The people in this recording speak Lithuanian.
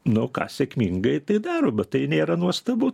nu ką sėkmingai tai daro bet tai nėra nuostabu